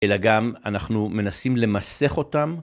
אלא גם אנחנו מנסים למסך אותם.